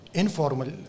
informal